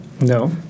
No